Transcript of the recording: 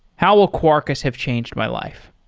how will quarkus have changed my life?